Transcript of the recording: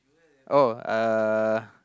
oh ah